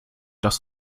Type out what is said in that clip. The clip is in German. das